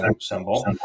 symbol